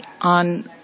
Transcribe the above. on